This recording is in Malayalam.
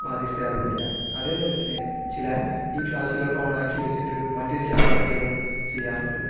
ബാധ്യസ്ഥരാവുന്നില്ല അതേപോലെതന്നെ ചിലർ ഈ ക്ലാസുകൾ ഓണാക്കി വെച്ചിട്ട് മറ്റു ചില പ്രവർത്തികളും ചെയ്യാറുണ്ട്